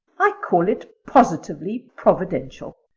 i call it positively providential.